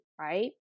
right